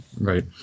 Right